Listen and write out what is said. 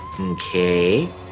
Okay